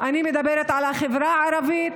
אני מדברת על החברה הערבית,